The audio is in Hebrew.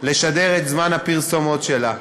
לשדר את זמן הפרסומות שלה.